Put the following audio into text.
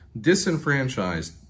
disenfranchised